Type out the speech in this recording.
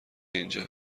اینجا